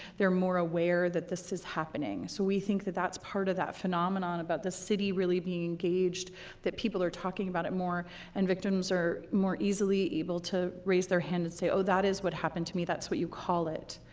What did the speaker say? they're more aware that this is happening. so we think that that's part of that phenomenon about the city really being engaged that people are talking about it more and victims are more easily able to raise their hand and say oh, that is what happened to me, that's what you call it.